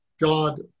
God